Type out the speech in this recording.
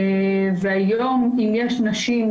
היום אם יש נשים